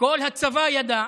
כל הצבא ידע,